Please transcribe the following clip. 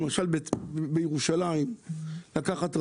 למשל בירושלים לקחת רכבת,